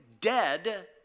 dead